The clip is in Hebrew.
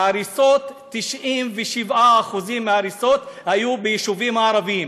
ההריסות, 97% מההריסות היו ביישובים הערביים.